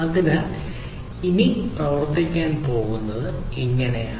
അതിനാൽ ഇത് പ്രവർത്തിക്കാൻ പോകുന്നത് ഇങ്ങനെയാണ്